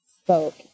spoke